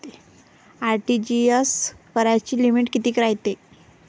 RTGS कराची limit कितीक रायते?